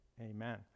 Amen